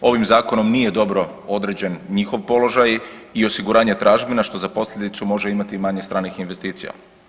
Ovim zakonom nije dobro određen njihov položaj i osiguranje tražbina što za posljedicu može imati i manje stranih investicija.